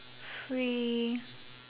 free